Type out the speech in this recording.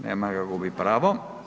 Nema ga, gubi pravo.